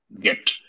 get